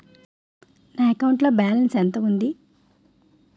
నా అకౌంట్ లో బాలన్స్ ఎంత ఉంది?